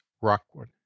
rockwood